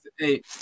eight